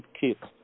keep